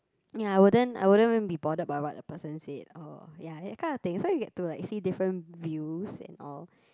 ya I wouldn't I wouldn't even be bothered by what the person said or ya that kind of thing so you get to like see different views and all